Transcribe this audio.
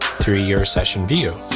through your session view,